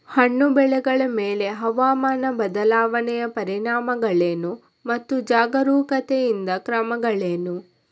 ಹಣ್ಣು ಬೆಳೆಗಳ ಮೇಲೆ ಹವಾಮಾನ ಬದಲಾವಣೆಯ ಪರಿಣಾಮಗಳೇನು ಮತ್ತು ಜಾಗರೂಕತೆಯಿಂದ ಕ್ರಮಗಳೇನು?